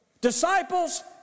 Disciples